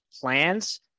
plans